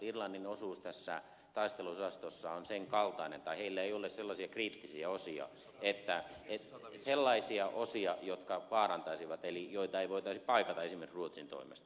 irlannin osuus tässä taisteluosastossa on sen kaltainen tai heillä ei ole sellaisia kriittisiä osia jotka vaarantaisivat eli joita ei voitaisi paikata esimerkiksi ruotsin toimesta